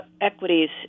equities